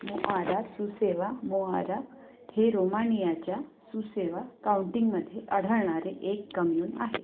Moara Suceava Moara हे रोमाणियाच्या Suceava काउंटिंगमध्ये आढळणारे एक कम्यून आहे